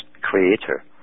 creator